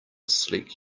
sleek